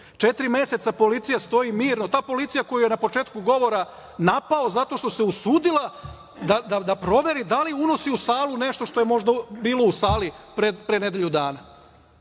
Četiri meseca policija stoji mirno. Ta policija koju je na početku govora napao zato što se usudila da proveri da li unosi u sali nešto što je možda bilo u sali pre nedelju